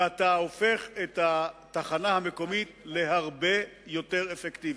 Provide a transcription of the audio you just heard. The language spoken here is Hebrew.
ואתה הופך את התחנה המקומית להרבה יותר אפקטיבית.